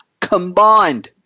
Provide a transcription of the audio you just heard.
combined